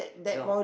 no